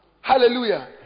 Hallelujah